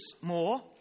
more